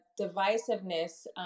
divisiveness